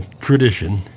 tradition